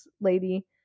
lady